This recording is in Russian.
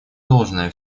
должное